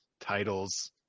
titles